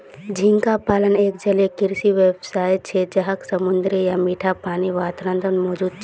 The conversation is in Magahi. झींगा पालन एक जलीय कृषि व्यवसाय छे जहाक समुद्री या मीठा पानीर वातावरणत मौजूद छे